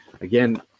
Again